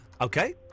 Okay